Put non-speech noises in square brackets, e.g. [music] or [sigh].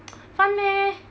[noise] fun meh